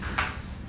he's